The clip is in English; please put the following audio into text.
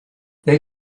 they